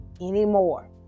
anymore